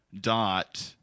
dot